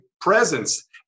presence